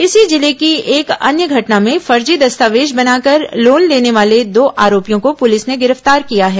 इसी जिले की एक अन्य घटना भें फर्जी दस्तावेज बनाकर लोन लेने वाले दो आरोपियों को पुलिस ने गिरफ्तार किया है